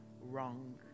wrong